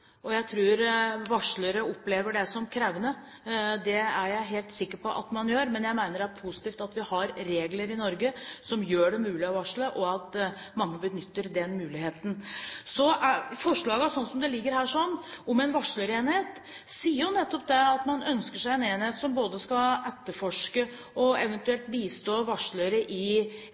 og jeg tror varslere opplever det som krevende. Det er jeg helt sikker på at de gjør. Men jeg mener det er positivt at man har regler i Norge som gjør det mulig å varsle, og at mange benytter den muligheten. Forslagene, slik de ligger her, om en varslerenhet, sier jo nettopp at man ønsker seg en enhet som både skal etterforske og bistå varslere i